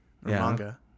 manga